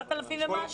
או 7,000 ומשהו.